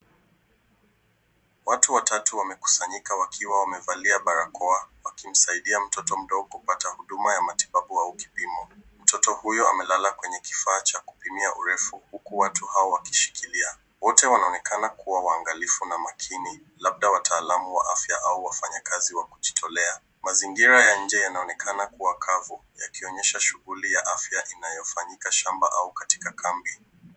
Watu watatu wamekusanyika wakiwa wamevalia barakoa wakimsaidia mtoto mdogo kupata huduma ya matibabu au kipimo. Mtoto huyo amelala kwenye kifaa cha kupimia kipimo huku watu hawa wakishikilia. Wote wanaonekana kuwa waangalifu na makini, labda wataalamu wa afya au wafanyakazi wa kujitolea. Mazingira ya nje yanaonekana kuwa kavu yakionyesha shughuli ya afya inayofanyika shamba au katika kambi.